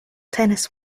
tennis